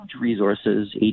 resources